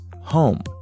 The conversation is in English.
home